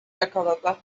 yakaladı